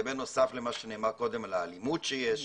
זה בנוסף למה שנאמר קודם על האלימות שיש שם.